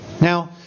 Now